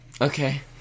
Okay